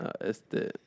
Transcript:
Este